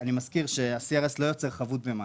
אני מזכיר שה-CRS לא יוצר חבות במס.